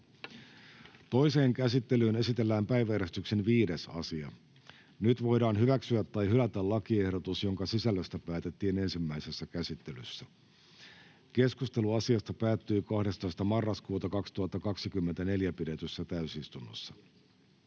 Toiseen käsittelyyn esitellään päiväjärjestyksen 2. asia. Nyt voidaan hyväksyä tai hylätä lakiehdotus, jonka sisällöstä päätettiin ensimmäisessä käsittelyssä. Keskustelu asiasta päättyi 12.11.2024 pidetyssä täysistunnossa.